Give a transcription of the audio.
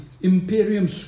Imperium